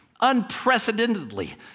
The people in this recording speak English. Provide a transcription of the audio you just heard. unprecedentedly